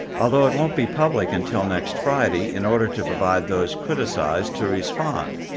although it won't be public until next friday, in order to provide those criticized to respond.